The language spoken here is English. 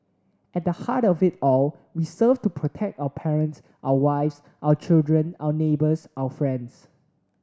at the heart of it all we serve to protect our parents our wives our children our neighbours our friends